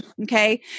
Okay